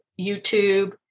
YouTube